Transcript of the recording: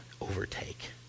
overtake